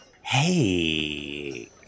Hey